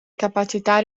capacità